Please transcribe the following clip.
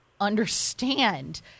understand